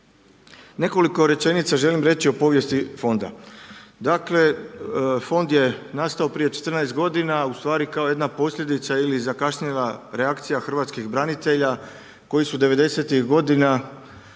Nekoliko rečenica želim reći o povijesti fonda. Dakle fond je nastao prije 14 godina ustvari kao jedna posljedica ili zakašnjela reakcija hrvatskih branitelja koji su '90.-tih godina